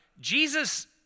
Jesus